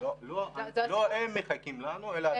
לא הם מחכים לנו, אלא אתם מחכים.